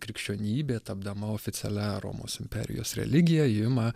krikščionybė tapdama oficialia romos imperijos religija ima